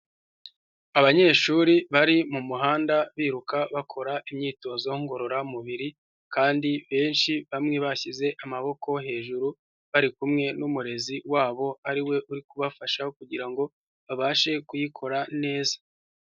Abanyeshuri bari mu muhanda biruka bakora imyitozo ngororamubiri kandi benshi, bamwe bashyize amaboko hejuru, bari kumwe n'umurezi wabo, ari we uri kubafasha kugira ngo babashe kuyikora neza.